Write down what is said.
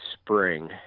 spring